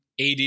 AD